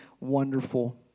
wonderful